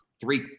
three